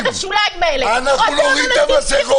אנחנו נוריד את המסכות.